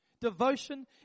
Devotion